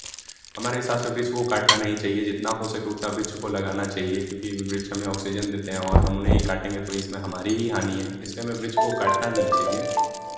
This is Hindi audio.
हमारे हिसाब से वृक्ष को काटना नहीं चाहिए जितना हो सके उतना वृक्ष को लगाना चाहिए क्योंकि वृक्ष हमें ऑक्सीजन देते हैं और हम उन्हें ही काटेंगे तो इसमें हमारी ही हानि है इसमें इसलिए हमें वृक्ष को काटना नहीं चाहिए